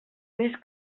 mes